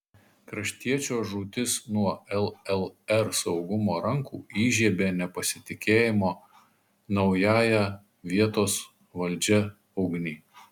kraštiečio žūtis nuo llr saugumo rankų įžiebė nepasitikėjimo naująją vietos valdžia ugnį